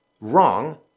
wrong